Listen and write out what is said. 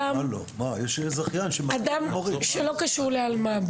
אדם שלא קשור לאלמ"ב,